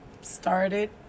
started